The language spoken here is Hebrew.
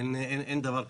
אין דבר כזה.